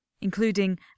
including